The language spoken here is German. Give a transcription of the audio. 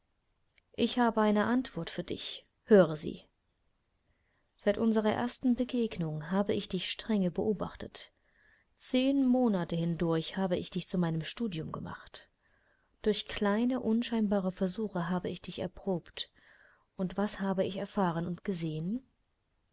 ich habe eine antwort für dich höre sie seit unserer ersten begegnung habe ich dich strenge beobachtet zehn monate hindurch habe ich dich zu meinem studium gemacht durch kleine unscheinbare versuche habe ich dich erprobt und was habe ich erfahren und gesehen